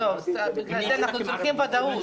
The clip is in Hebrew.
בגלל זה אנחנו צריכים ודאות.